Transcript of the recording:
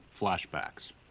flashbacks